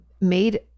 made